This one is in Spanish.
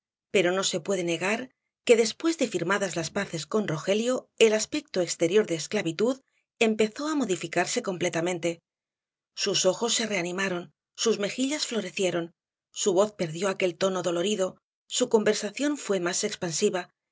pero no se puede negar que después de firmadas las paces con rogelio el aspecto exterior de esclavitud empezó á modificarse completamente sus ojos se reanimaron sus mejillas florecieron su voz perdió aquel tono dolorido su conversación fué más expansiva